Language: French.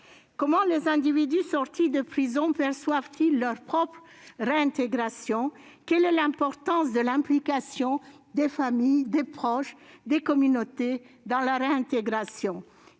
Comment les individus sortis de prison perçoivent-ils leur propre réintégration ? Quelle est l'importance de l'implication des familles, des proches, des communautés dans la réintégration ?